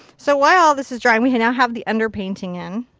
so why all this is drying. we now have the under painting in.